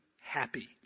happy